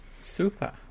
Super